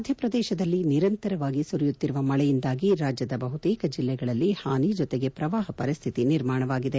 ಮಧ್ಯಪ್ರದೇಶದಲ್ಲಿ ನಿರಂತರವಾಗಿ ಸುರಿಯುತ್ತಿರುವ ಮಳೆಯಿಂದಾಗಿ ರಾಜ್ಯದ ಬಹುತೇಕ ಜಿಲ್ಲೆಗಳಲ್ಲಿ ಹಾನಿ ಜತೆಗೆ ಪ್ರವಾಹ ಪರಿಸ್ಠಿತಿ ನಿರ್ಮಾಣವಾಗಿದೆ